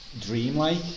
dreamlike